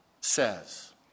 says